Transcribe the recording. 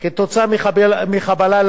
כתוצאה מחבלה,